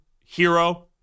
hero